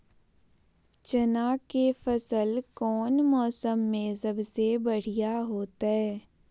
चना के फसल कौन मौसम में सबसे बढ़िया होतय?